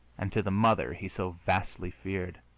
and to the mother he so vastly feared?